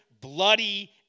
bloody